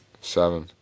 Seven